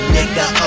Nigga